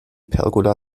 pergola